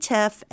Tiff